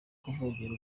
kuvogera